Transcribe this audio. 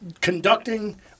Conducting